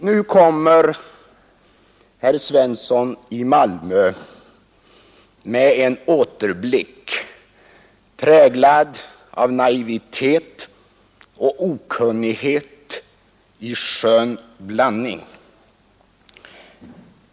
Nu kommer herr Svensson i Malmö med en återblick, präglad av naivitet och okunnighet i skön blandning.